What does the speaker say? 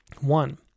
One